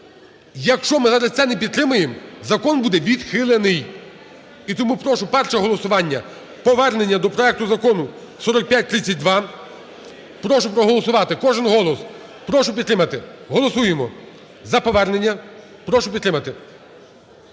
Якщо ми зараз це не підтримаємо, закон буде відхилений. І тому прошу, перше голосування – повернення до проекту Закону 4532. Прошу проголосувати. Кожен голос! Прошу підтримати. Голосуємо за повернення. Прошу підтримати.